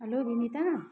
hello Vinita